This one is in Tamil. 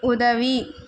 உதவி